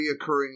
reoccurring